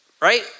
right